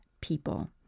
people